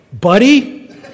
buddy